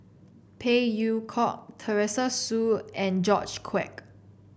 Phey Yew Kok Teresa Hsu and George Quek